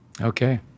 Okay